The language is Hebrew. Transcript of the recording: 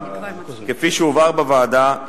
כפי שהובהר בוועדה,